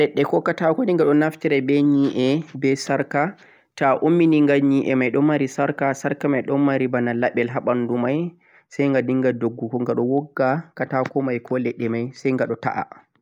ta'o gha ledde kokata ghadingha be naftira be yi'e be sarka toh ummi yi'e madon mari sarka sarka mei don mari banal label haa banduu mei sai ghadingha doggu ghada wogga katako mei ko lek'e mei sai ghadoo ta'a